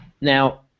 Now